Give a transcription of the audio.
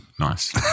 Nice